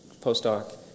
postdoc